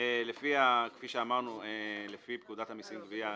כפי שאמרנו לפי פקודת המסים (גבייה),